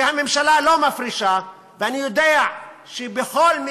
שהממשלה לא מפרישה, ואני יודע שבמדינה,